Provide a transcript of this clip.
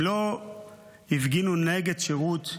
הם לא הפגינו נגד שירות.